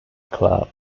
club